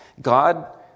God